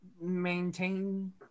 maintain